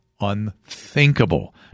unthinkable